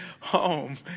home